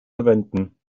verwenden